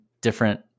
different